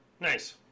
Nice